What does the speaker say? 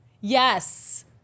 Yes